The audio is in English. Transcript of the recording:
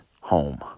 home